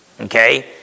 Okay